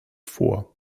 vor